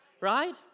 right